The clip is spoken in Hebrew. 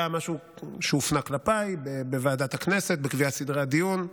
היה משהו שהופנה כלפיי בוועדת הכנסת בקביעת סדרי הדיון,